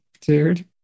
dude